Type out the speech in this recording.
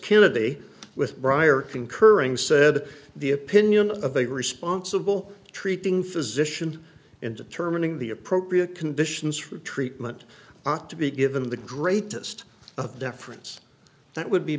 kennedy with briar concurring said the opinion of a responsible treating physician in determining the appropriate conditions for treatment ought to be given the greatest of deference that would be